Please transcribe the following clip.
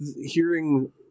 hearing